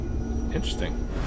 Interesting